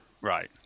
right